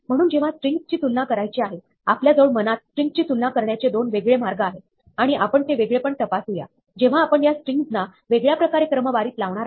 म्हणून जेव्हा स्ट्रिंगज़ची तुलना करायची आहे आपल्याजवळ मनात स्ट्रिंगज़ ची तुलना करण्याचे दोन वेगळे मार्ग आहेत आणि आपण ते वेगळेपण तपासू या जेव्हा आपण या स्ट्रिंगज़ ना वेगळ्या प्रकारे क्रमवारीत लावणार आहोत